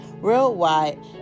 worldwide